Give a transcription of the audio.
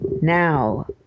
Now